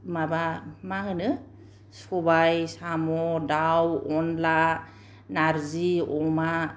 माबा माहोनो सबाइ साम' दाउ अनला नारजि अमा